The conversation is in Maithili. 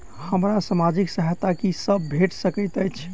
हमरा सामाजिक सहायता की सब भेट सकैत अछि?